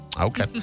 Okay